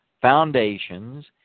foundations